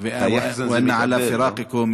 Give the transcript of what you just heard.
(אומר בערבית: אנו דואבים את הפרידה ממכם,